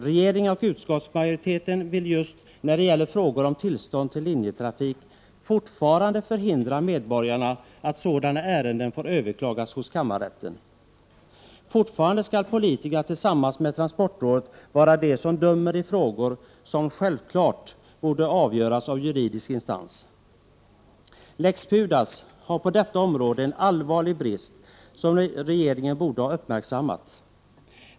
Regeringen och utskottsmajoriteten vill just när det gäller frågor om tillstånd till linjetrafik fortfarande förhindra medborgarna att överklaga sådana ärenden i kammarrätten. Fortfarande skall politikerna tillsammans med transportrådet vara de som dömer i frågor som självfallet borde avgöras av juridisk instans. ”Lex Pudas” har på detta område en allvarlig brist, som regeringen borde ha uppmärksammat.